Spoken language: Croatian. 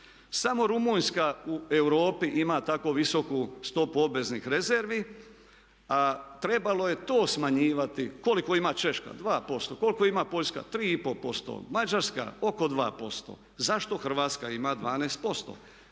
Samo Rumunjska u Europi ima tako visoku stopu obveznih rezervi. Trebalo je to smanjivati. Koliko ima Češka? 2%. Koliko ima Poljska? 3 i pol posto. Mađarska? Oko 2%. Zašto Hrvatska ima 12%?